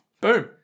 Boom